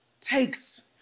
takes